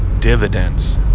dividends